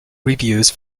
reviews